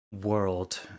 world